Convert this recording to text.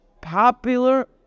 popular